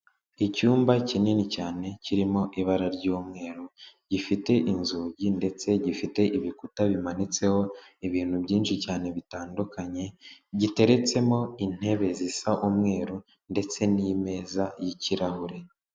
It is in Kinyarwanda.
Icyumba kinini cyane kirimo ibara ry'umweru, gifite inzugi ndetse gifite ibikuta bimanitseho ibintu byinshi cyane bitandukanye, giteretsemo intebe zisa umweru, ndetse n'imeza y'ikirahure.